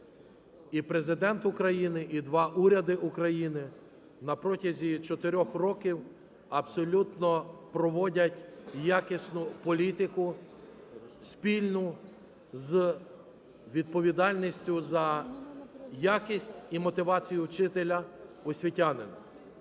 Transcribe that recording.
і Президент України, і два уряди України на протязі 4 років абсолютно проводять якісну політику, спільну з відповідальністю за якість і мотивацію вчителя, освітянина.